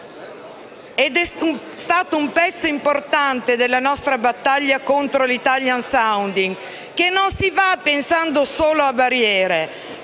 Si è trattato di un pezzo importante della nostra battaglia contro l'*italian sounding*, che non si fa pensando solo a barriere.